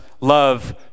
love